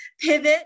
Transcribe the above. pivot